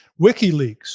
WikiLeaks